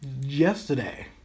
yesterday